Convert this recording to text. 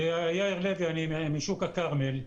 אני משוק הכרמל.